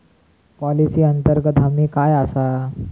Policy अंतर्गत हमी काय आसा?